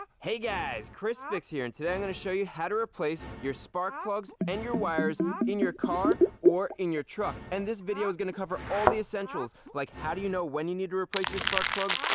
hey guys chrisfix here and today i'm going to show you how to replace your spark plugs and your wires in your car or in your truck and this video is going to cover all the essentials like how do you know when you need to replace your spark plugs?